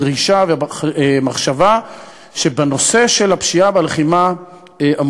דרישה ומחשבה שבנושא של הלחימה בפשיעה